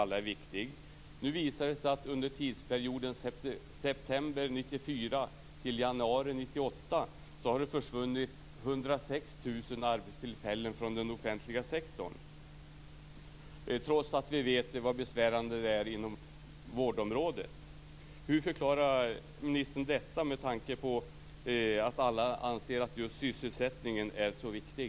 Nu har det visat sig att under tidsperioden från september 1994 till januari 1998 har det försvunnit 106 000 arbetstillfällen från den offentliga sektorn, trots att vi vet hur besvärligt det är inom vårdområdet. Hur förklarar ministern detta med tanke på att alla anser att just sysselsättningen är så viktig?